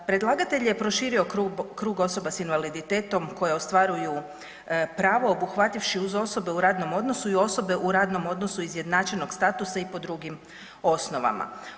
Predlagatelj je proširio krug osoba s invaliditetom koje ostvaruju pravo obuhvativši uz osobe u radnom odnosu i osobe u radnom odnosu izjednačenog statusa i po drugim osnovama.